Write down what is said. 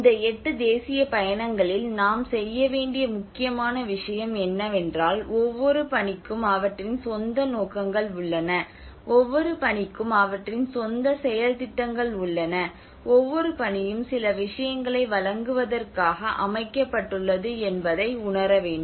இந்த எட்டு தேசிய பயணங்களில் நாம் செய்ய வேண்டிய முக்கியமான விஷயம் என்னவென்றால் ஒவ்வொரு பணிக்கும் அவற்றின் சொந்த நோக்கங்கள் உள்ளன ஒவ்வொரு பணிக்கும் அவற்றின் சொந்த செயல் திட்டங்கள் உள்ளன ஒவ்வொரு பணியும் சில விஷயங்களை வழங்குவதற்காக அமைக்கப்பட்டுள்ளது என்பதை உணர வேண்டும்